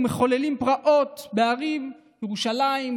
ומחוללות פרעות בערים ירושלים,